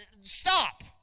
Stop